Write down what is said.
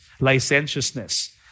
licentiousness